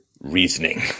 reasoning